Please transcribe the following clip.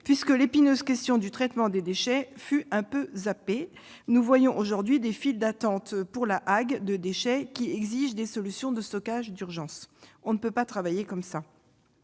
puisque l'épineuse question du traitement des déchets fut un peu « zappée ». À La Hague, nous voyons aujourd'hui des files d'attente de déchets, qui imposent des solutions de stockage d'urgence. On ne peut pas travailler comme cela.